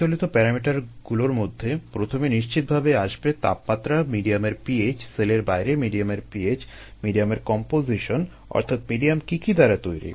প্রচলিত প্যারামিটারগুলোর মধ্যে প্রথমে নিশ্চিতভাবেই আসবে তাপমাত্রা মিডিয়ামের pH সেলের বাইরে মিডিয়ামের pH মিডিয়ামের কম্পোজিশন - অর্থাৎ মিডিয়াম কী কী দ্বারা তৈরি